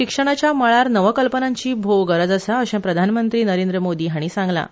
शिक्षणाच्या मळार नवकल्पनांची भोव गरज आसा अशे प्रधानमंत्री नरेंद्र मोदी हांणी सांगलां